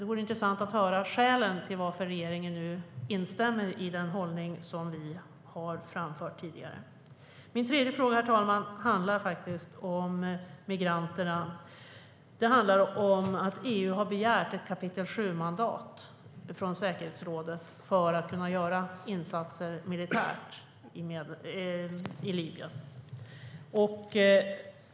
Det vore intressant att höra skälen till att regeringen nu instämmer i den hållning som vi tidigare har framfört. Min tredje fråga, herr talman, handlar om migranterna. Den handlar om att EU har begärt ett kapitel VII-mandat från säkerhetsrådet för att kunna göra militära insatser i Libyen.